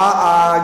זה לא נכון.